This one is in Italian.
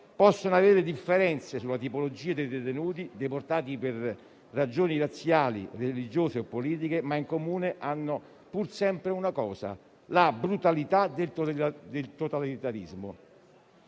possono avere differenze sulla tipologia dei detenuti, deportati per ragioni razziali, religiose o politiche, ma in comune hanno pur sempre una cosa: la brutalità del totalitarismo.